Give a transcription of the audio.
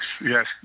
yes